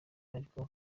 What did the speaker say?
ariko